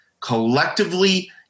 collectively